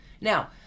Now